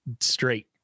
straight